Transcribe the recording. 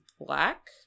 black